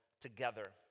together